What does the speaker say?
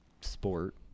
sport